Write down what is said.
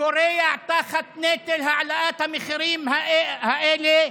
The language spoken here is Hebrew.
כורע תחת נטל העלאת המחירים האלה?